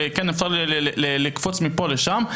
שאפשר לקפוץ מפה לשם.